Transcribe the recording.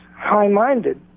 High-minded